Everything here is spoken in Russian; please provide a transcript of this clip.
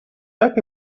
так